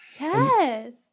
Yes